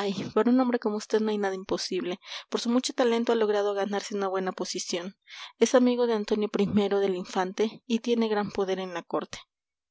ay para un hombre como vd no hay nada imposible por su mucho talento ha logrado ganarse una buena posición es amigo de antonio i del infante y tiene gran poder en la corte